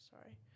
Sorry